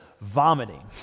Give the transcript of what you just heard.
vomiting